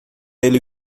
ele